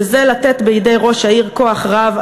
שזה לתת בידי ראש העיר כוח רב,